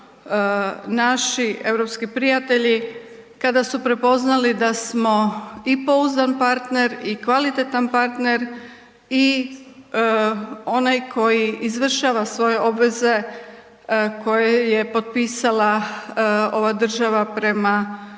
naši europski prijatelji, kada su prepoznali da smo i pouzdan partner i kvalitetan partner i onaj koji izvršava svoje obveze koje je potpisala ova država prema